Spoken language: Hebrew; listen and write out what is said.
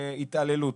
התעללות.